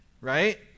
Right